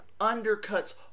undercuts